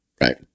right